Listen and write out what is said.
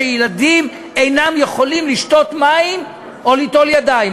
שילדים אינם יכולים לשתות מים או ליטול ידיים.